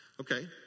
Okay